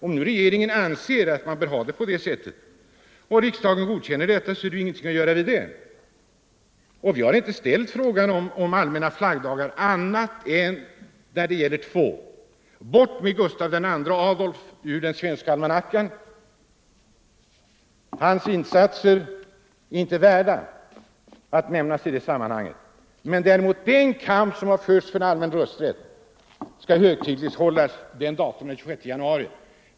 Om regeringen anser att man bör ha det på det sättet och riksdagen godkänner detta, så är det ingenting att göra åt det. Vi har inte ställt frågan om allmänna flaggdagar för annat än två fall. Bort med Gustav II Adolf ur den svenska almanackan! Hans insatser är inte värda att nämnas i sammanhanget. Däremot skall den kamp som har förts för allmän rösträtt högtidlighållas den 26 januari.